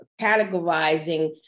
categorizing